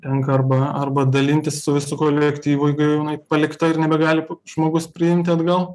tenka arba arba dalintis su visu kolektyvu jeigu jau jinai palikta ir nebegali žmogus priimti atgal